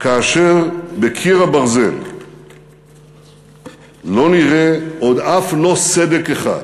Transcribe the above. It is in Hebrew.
כאשר בקיר הברזל לא נראה עוד אף לא סדק אחד,